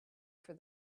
for